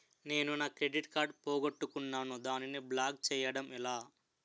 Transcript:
నేను నా credit card పోగొట్టుకున్నాను దానిని బ్లాక్ చేయడం ఎలా?